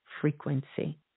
frequency